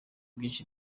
byinshi